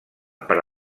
per